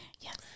Yes